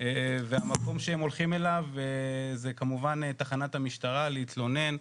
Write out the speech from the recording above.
והמקום שהם הולכים אליו זה כמובן תחנת המשטרה להתלונן,